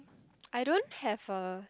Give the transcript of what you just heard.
I don't have a